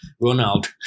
Ronald